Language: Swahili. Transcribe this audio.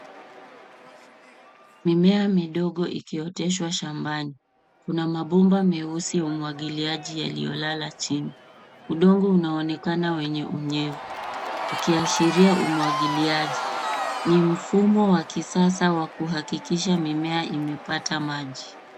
Mimea midogo ikioteshwa shambani, kuna mapomba meusi wa umwagiliaji yaliolala chini. Udongo unaonekana wenye unyevu ukiashiria umwagiliaji . Ni mfumo wa kisasa wa kuhakikisha mimea imepata maji.